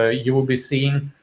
ah you will be seeing